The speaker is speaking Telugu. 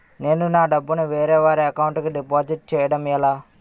నేను నా డబ్బు ని వేరే వారి అకౌంట్ కు డిపాజిట్చే యడం ఎలా?